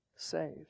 saved